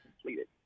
completed